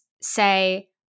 say